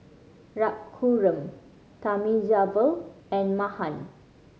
Raghuram Thamizhavel and Mahan